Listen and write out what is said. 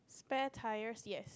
spare tyres yes